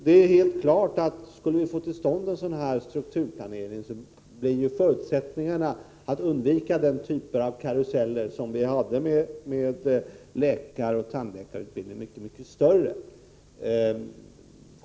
Det är helt klart att om vi skulle få till stånd en strukturplanering blir förutsättningarna för att undvika den typ av karusell som vi hade i fråga om läkaroch tandläkarutbildningen mycket större.